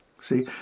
See